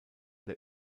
der